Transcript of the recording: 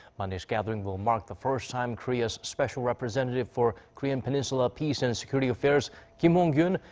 monday's gathering will mark the first time korea's special representative for korean peninsula peace and security affairs kim hong-kyun.